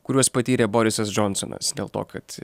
kuriuos patyrė borisas džonsonas dėl to kad